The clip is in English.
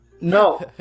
No